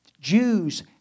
Jews